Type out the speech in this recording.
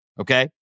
Okay